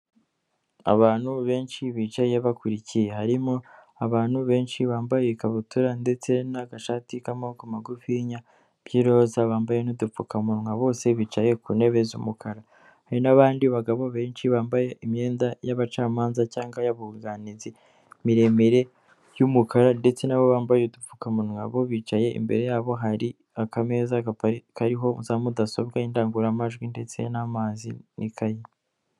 Abantu benshi bicaye bakurikiye harimo abantu benshi bambaye ikabutura ndetse n'agashati k'amaboko magufinya by'i roza, bambaye n'udupfukamunwa bose bicaye ku ntebe z'umukara hari n'abandi bagabo benshi bambaye imyenda y'abacamanza cyangwa y'abunganizi miremire y'umukara ndetse nabo bambaye udupfukamunwa bo bicaye imbere yabo hari akameza kariho za mudasobwa y'indangururamajwi ndetse n'amazi n'ikayi.